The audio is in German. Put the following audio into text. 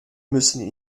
müssen